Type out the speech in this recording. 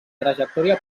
trajectòria